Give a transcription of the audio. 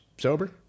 sober